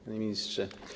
Panie Ministrze!